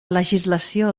legislació